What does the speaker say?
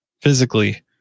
physically